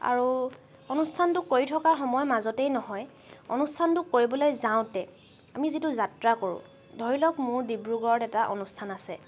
আৰু অনুষ্ঠানটো কৰি থকাৰ সময়ৰ মাজতেই নহয় অনুষ্ঠানটো কৰিবলৈ যাওঁতে আমি যিটো যাত্ৰা কৰোঁ ধৰি লওক মোৰ ডিব্ৰুগড়ত এটা অনুষ্ঠান আছে